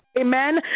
Amen